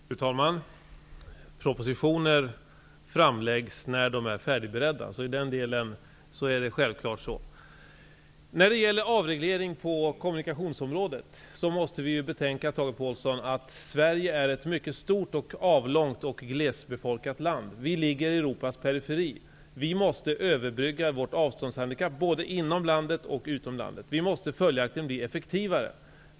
Fru talman! Propositioner framläggs när de är färdigberedda -- det är självklart. När det gäller avreglering på kommunikationsområdet måste vi, Tage Påhlsson, betänka att Sverige är ett mycket stort, avlångt och glesbefolkat land. Vi ligger i Europas periferi. Vi måste överbrygga vårt avståndshandikapp, både inom och utom landet. Vi måste följaktligen bli effektivare.